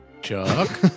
Chuck